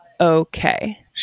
okay